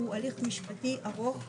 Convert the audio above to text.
הוא הליך משפטי ארוך.